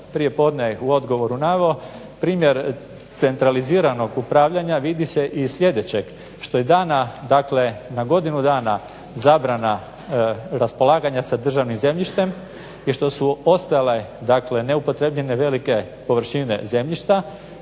prije podne u odgovoru naveo primjer centraliziranog upravljanja vidi se iz sljedećeg, što je dana dakle na godinu dana zabrana raspolaganja sa državnim zemljištem i što su ostajale, dakle neupotrebljene velike površine zemljišta